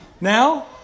Now